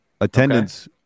Attendance